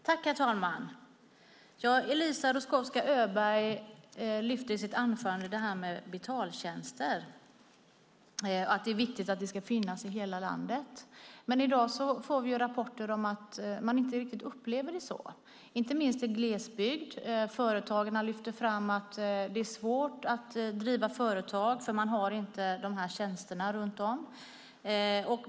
Herr talman! Eliza Roszkowska Öberg lyfte i sitt anförande fram detta med betaltjänster och att det är viktigt att de ska finnas i hela landet. Men i dag får vi rapporter om att man inte upplever det så, inte minst i glesbygd. Företagarna lyfter fram att det är svårt att driva företag då dessa tjänster inte finns runt om.